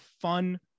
fun